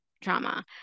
trauma